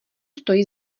stojí